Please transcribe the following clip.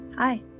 Hi